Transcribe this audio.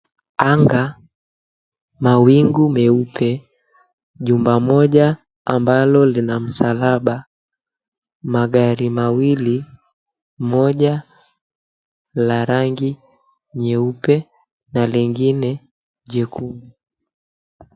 Anga, mawingu meupe, jumba moja ambalo lina msalaba. Magari mawili, moja la rangi nyeupe, na lengine jekundu